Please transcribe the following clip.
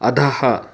अधः